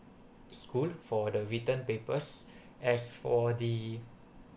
school for the written papers as for the